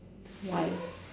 like